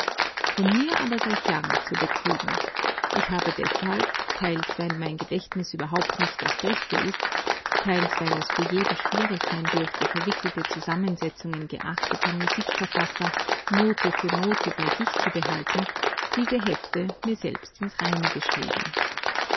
von mir aber sei fern zu betrügen ich habe deshalb teils weil mein gedächtnis überhaupt nicht das beste ist teils weil es für jeden schwierig sein dürfte verwickelte zusammensetzungen geachteter musikverfasser note für note bei sich zu behalten diese hefte mir selbst ins reine geschrieben